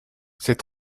c’est